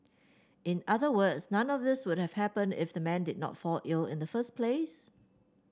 in other words none of these would have happened if the man did not fall ill in the first place